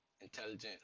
intelligent